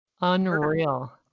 Unreal